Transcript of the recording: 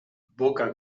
boca